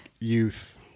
youth